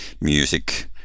music